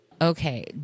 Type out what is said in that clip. Okay